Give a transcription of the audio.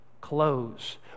clothes